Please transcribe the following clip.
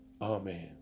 Amen